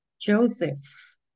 Joseph